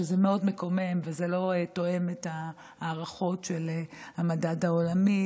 שזה מאוד מקומם ולא תואם את ההערכות של המדד העולמי